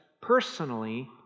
personally